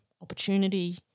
opportunity